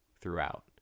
throughout